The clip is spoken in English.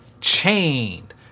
chained